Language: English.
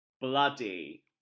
bloody